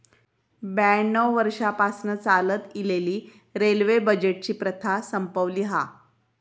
ब्याण्णव वर्षांपासना चालत इलेली रेल्वे बजेटची प्रथा संपवली हा